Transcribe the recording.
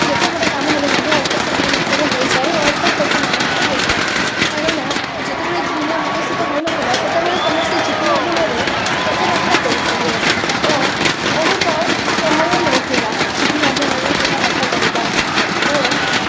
ଯେତେ ବଡ଼ କାମ ହେଲେ ମଧ୍ୟ ଅଳ୍ପ ସମୟ ମଧ୍ୟରେ ହୋଇଯାଏ ଓ ଅଳ୍ପ ଖର୍ଚ୍ଚ ମାଧ୍ୟମରେ ହୋଇଯାଏ କାରଣ ଯେତେବେଳେ ଦୁନିଆ ବିକଶିତ ହୋଇ ନଥିଲା ସେତେବେଳେ ସମସ୍ତେ ଚିଠି ମାଧ୍ୟମରେ କଥାବାର୍ତ୍ତା କରୁଥିଲେ ଓ ବହୁତ ସମୟ ନେଉଥିଲା ଚିଠି ମାଧ୍ୟମରେ କଥାବାର୍ତ୍ତା କରିବା ଓ